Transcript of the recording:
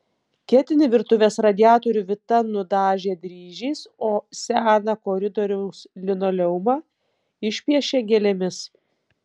ketinį virtuvės radiatorių vita nudažė dryžiais o seną koridoriaus linoleumą išpiešė gėlėmis